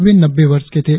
वे नब्बे वर्ष के थे